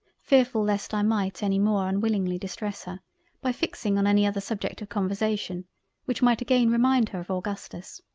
fearfull lest i might any more unwillingly distress her by fixing on any other subject of conversation which might again remind her of augustus.